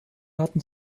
hatten